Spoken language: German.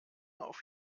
auf